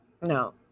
No